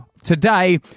Today